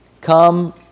Come